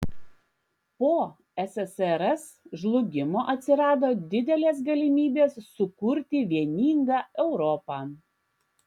po ssrs žlugimo atsirado didelės galimybės sukurti vieningą europą